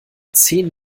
zehn